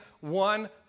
one